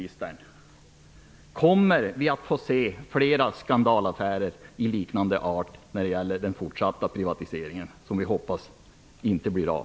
Kommer vi att få se fler skandalaffärer av liknande art när det gäller den fortsatta privatiseringen, som vi har hoppas inte blir av?